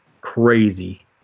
crazy